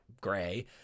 gray